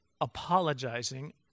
apologizing